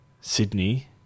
Sydney